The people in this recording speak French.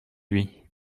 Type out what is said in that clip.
lui